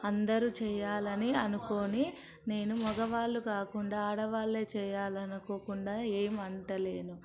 అందరూ చేయాలని అనుకోని నేను మగవాళ్ళు కాకుండా ఆడవాళ్లే చేయాలనుకోకుండా ఏ వంటలైనా